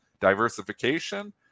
diversification